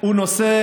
הוא נושא